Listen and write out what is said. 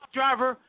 driver